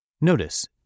Notice